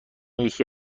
یکی